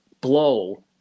blow